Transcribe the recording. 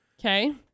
Okay